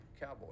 cowboy